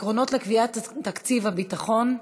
עקרונות לקביעת תקציב הביטחון,